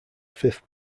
fifth